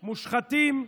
מושחתים,